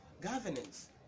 governance